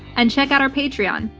and check out our patreon,